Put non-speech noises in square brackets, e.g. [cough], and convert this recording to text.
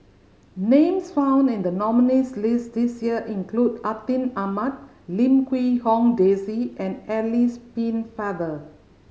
names found in the nominees' list this year include Atin Amat Lim Quee Hong Daisy and Alice [unintelligible]